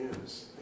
news